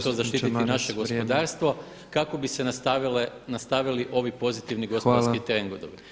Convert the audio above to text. to zaštititi naše gospodarstvo kako bi se nastavili ovi pozitivni gospodarski trendovi.